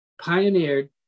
pioneered